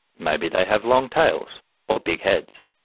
maybe they have long tails or big heads?